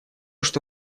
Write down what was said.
что